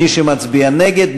מי שמצביע נגד,